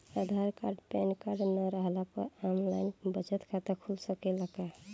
आधार card pan card न रहला पर आन लाइन बचत खाता खुल सकेला का?